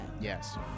yes